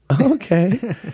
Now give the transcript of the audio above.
Okay